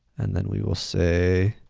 and then we will say,